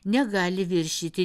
negali viršyti